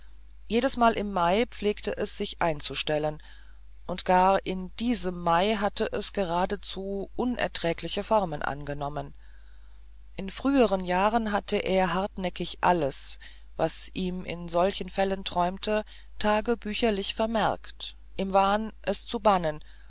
jedesmal im mai pflegte es sich einzustellen und gar in diesem mai hatte es geradezu unerträgliche formen angenommen in früheren jahren hatte er hartnäckig alles was ihm in solchen fällen träumte tagebücherlich vermerkt im wahn es zu bannen